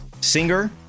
singer-